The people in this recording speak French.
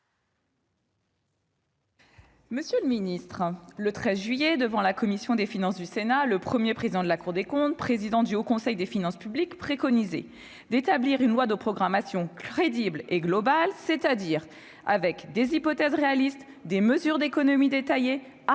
Monsieur le Ministre, le 13 juillet devant la commission des finances du Sénat le 1er président de la Cour des comptes, président du Haut Conseil des finances publiques préconisé d'établir une loi de programmation crédible et global, c'est-à-dire avec des hypothèses réalistes des mesures d'économies détaillées articulée